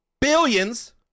billions